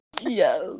Yes